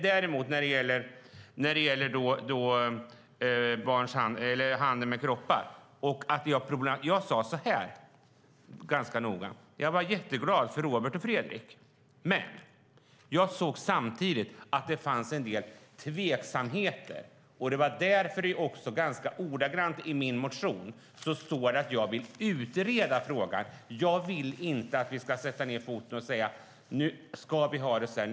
När det gäller handel med kroppar sade jag ganska noga så här: Jag var jätteglad för Robert och Fredrik, men jag såg samtidigt att det fanns en del tveksamheter. Det var också därför som det ordagrant i min motion står att jag vill utreda frågan. Jag vill inte att vi ska sätta ned foten och säga: Nu ska vi ha det så här.